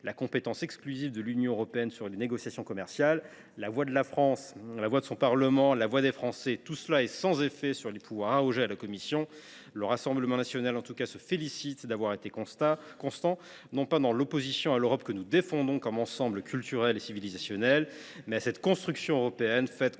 la compétence exclusive de l’Union européenne sur les négociations commerciales. La voix de la France, la voix de son Parlement, la voix des Français, tout cela est sans effet sur les pouvoirs que s’est arrogés la Commission. Le Rassemblement national se félicite d’avoir été constant, non pas dans l’opposition à l’Europe que nous défendons comme ensemble culturel et civilisationnel, mais à cette construction européenne qui s’est